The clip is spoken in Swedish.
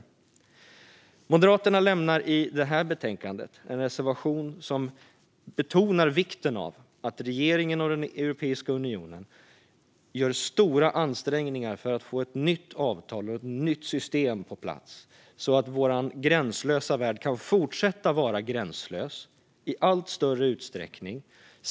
Vi moderater har i detta betänkande en reservation där vi betonar vikten av att regeringen och Europeiska unionen gör stora ansträngningar för att få ett nytt avtal och ett nytt system på plats, så att vår gränslösa värld kan fortsätta att vara gränslös i allt större utsträckning.